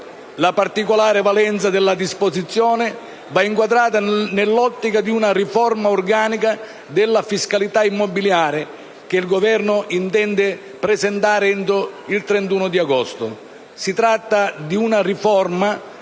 La particolare valenza della disposizione va inquadrata nell'ottica di una riforma organica della fiscalità immobiliare, che il Governo intende presentare entro il 31 agosto. Si tratta di una riforma